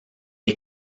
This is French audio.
est